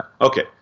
Okay